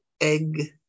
egg